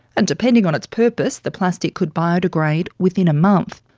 and, depending on its purpose, the plastic could biodegrade within a month.